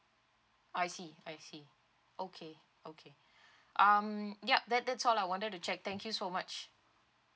I see I see okay okay um yup that that's all I wanted to check thank you so much